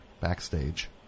backstage